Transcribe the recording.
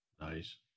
Nice